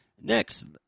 Next